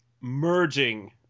merging